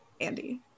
Andy